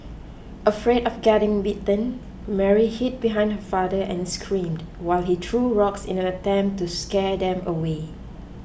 afraid of getting bitten Mary hid behind her father and screamed while he threw rocks in an attempt to scare them away